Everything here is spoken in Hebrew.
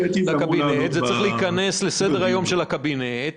זה צריך להיכנס לסדר היום של הקבינט,